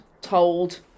told